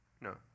No